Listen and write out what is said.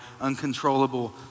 uncontrollable